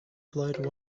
flight